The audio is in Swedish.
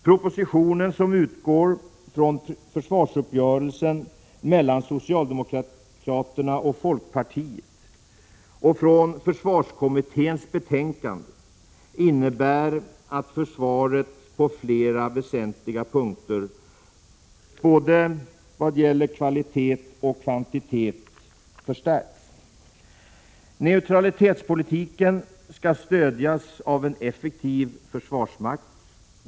Propositionen, som utgår från försvarsuppgörelsen mellan socialdemokraterna och folkpartiet samt från försvarskommitténs betänkande, innebär att försvaret på flera väsentliga punkter, både vad gäller kvalitet och kvantitet, förstärks. Neutralitetspolitiken skall stödjas av en effektiv försvarsmakt.